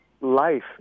life